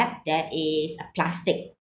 ~ap there is a plastic